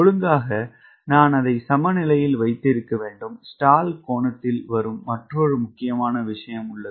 ஒழுங்காக நான் அதை சமநிலையில் வைத்திருக்க வேண்டும் ஸ்டால் கோணத்தில் வரும் மற்றொரு முக்கியமான விஷயம் உள்ளது